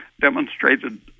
demonstrated